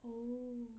oh